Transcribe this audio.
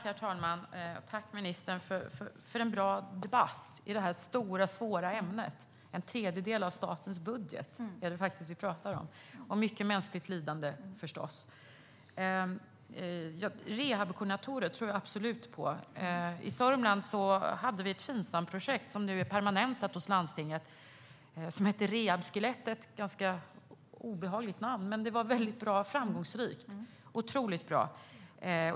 Herr talman! Tack för en bra debatt i det här stora och svåra ämnet, ministern. Det är faktiskt en tredjedel av statens budget vi talar om, och förstås mycket mänskligt lidande. Rehabkoordinatorer tror jag absolut på. I Södermanland hade vi ett Finsamprojekt som nu är permanentat hos landstinget. Det hette Rehabskelettet. Det är ett ganska obehagligt namn, men det var väldigt bra och framgångsrikt - otroligt bra.